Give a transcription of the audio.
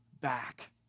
back